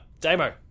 demo